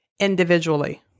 individually